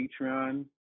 patreon